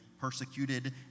persecuted